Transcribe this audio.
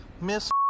Miss